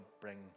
bring